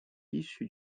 issue